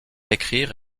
écrire